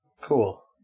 Cool